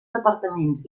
departaments